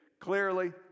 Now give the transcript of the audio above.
clearly